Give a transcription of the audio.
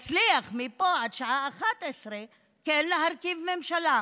עוד יצליח פה עד השעה 23:00 כן להרכיב ממשלה,